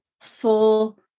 soul